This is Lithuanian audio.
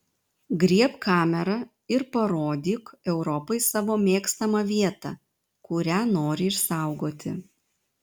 griebk kamerą ir parodyk europai savo mėgstamą vietą kurią nori išsaugoti